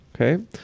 Okay